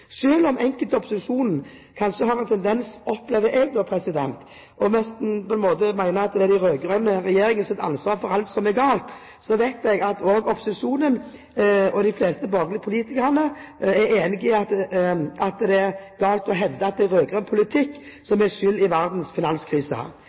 om enkelte i opposisjonen kanskje har en tendens til – opplever jeg – nesten å mene at det er den rød-grønne regjeringen som har ansvar for alt som er galt, vet jeg at også de fleste borgerlige politikerne i opposisjonen er enig i at det er galt å hevde at det er rød-grønn politikk